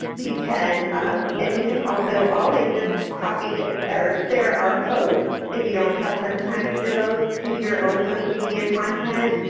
you can and you can also always just copy or share our posts if you don't have much time to devote to your own social media content.